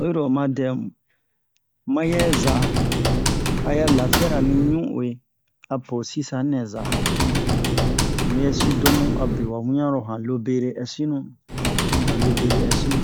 oyiro oma dɛ mu mayɛ za a ya lafiyara mi ɲun'iwe apo sisa nɛ za muyɛsi domu abe wa wiɲan lo han lobere ɛsinu han lobere ɛsinu